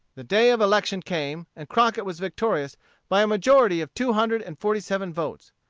the day of election came, and crockett was victorious by a majority of two hundred and forty-seven votes.